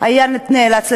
היה נאלץ לשלם,